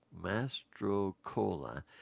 Mastrocola